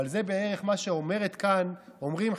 אבל זה בערך מה שאומרים כאן חלקים